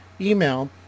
email